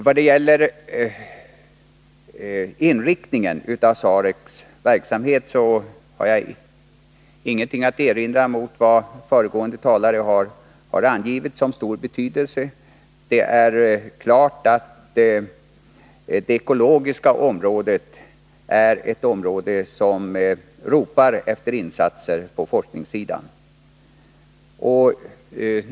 När det gäller inriktningen av SAREC:s verksamhet har jag ingenting att erinra mot vad föregående talare har angivit såsom varande av stor betydelse. Det är klart att det ekologiska området ropar efter insatser på forskningssidan.